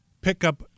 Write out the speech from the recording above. Pickup